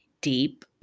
deep